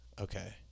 Okay